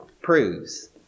proves